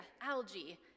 algae